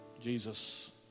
Jesus